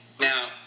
now